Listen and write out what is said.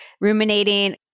ruminating